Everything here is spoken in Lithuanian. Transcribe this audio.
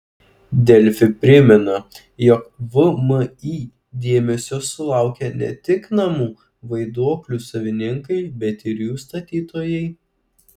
delfi primena jog vmi dėmesio sulaukė ne tik namų vaiduoklių savininkai bet ir jų statytojai